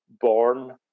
born